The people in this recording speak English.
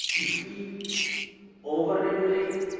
if we overregulate,